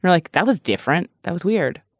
like that was different. that was weird